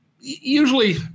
Usually